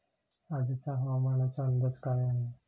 आजचा हवामानाचा अंदाज काय आहे?